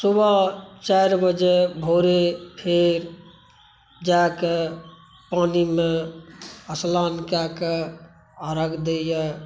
सुबह चारि बजे भोरे फेर जाके पानीमे स्नान कए कऽ अर्घ्य दै यऽ